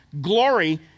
Glory